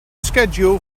schedule